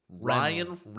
Ryan